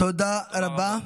תודה רבה.